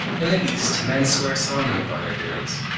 in the east men swear solemnly by their beards.